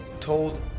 told